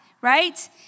right